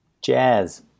Jazz